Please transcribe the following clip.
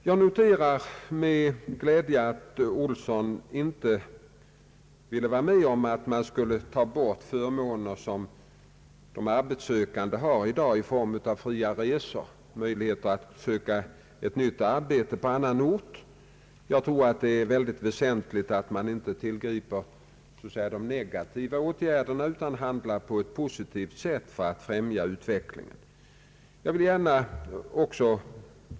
Jag noterar med glädje att herr Olsson inte ville vara med om att ta bort förmåner som de arbetssökande har i dag i form av fria resor och möjlighet att söka nytt arbete på annan ort. Jag tror att det är mycket väsentligt att man inte tillgriper de negativa åtgärderna utan handlar på ett positivt sätt för att främja utvecklingen.